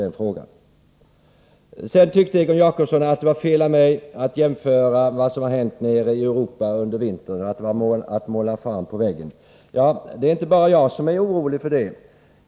Egon Jacobsson tyckte vidare att det var fel av mig att jämföra med vad som hänt nere i Europa under vintern och att det var att måla fan på väggen. Det är inte bara jag som är orolig för detta.